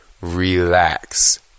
relax